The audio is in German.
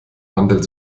handel